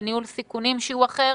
בניהול סיכונים שהוא אחר.